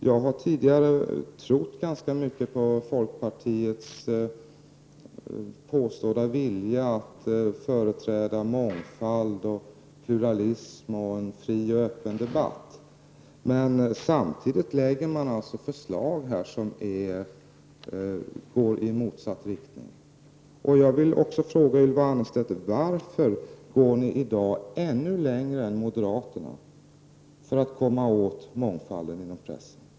Jag har tidigare trott ganska mycket på folkpartiets påstådda vilja att företräda mångfald, pluralism och en fri och öppen debatt, men samtidigt lägger partiet fram förslag som går i motsatt riktning. Jag vill fråga Ylva Annerstedt varför folkpartiet i dag går ännu längre än moderaterna för att komma åt mångfalden inom pressen.